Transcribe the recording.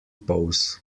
pose